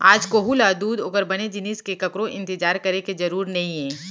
आज कोहूँ ल दूद ओकर बने जिनिस बर ककरो इंतजार करे के जरूर नइये